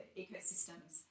ecosystems